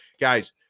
Guys